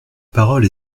parole